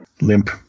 Limp